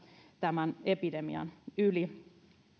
tämän epidemian yli